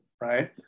Right